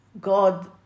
God